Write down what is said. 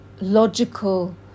logical